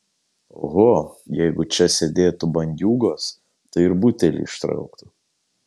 oho jeigu čia sėdėtų bandiūgos tai ir butelį ištrauktų